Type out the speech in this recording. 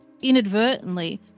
inadvertently